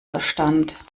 verstand